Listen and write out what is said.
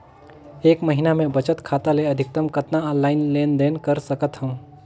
एक महीना मे बचत खाता ले अधिकतम कतना ऑनलाइन लेन देन कर सकत हव?